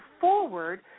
forward